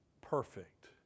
perfect